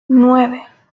nueve